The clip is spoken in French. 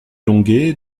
longué